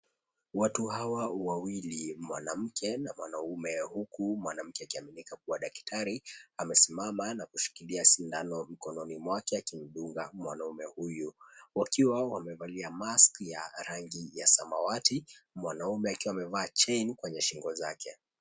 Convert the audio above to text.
Watu hawa wawili, mwanamke na mwanaume, huku mwanamke akiaminika kuwa daktari, amesimama na kushikilia sindano mkononi mwake akimdunga mwanaume huyu. Wakiwa wamevalia maski ya rangi ya samawati, mwanaume akiwa amevaa chain kwenye shingo zake.